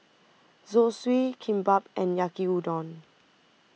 Zosui Kimbap and Yaki Udon